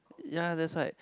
ya that's why